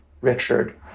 Richard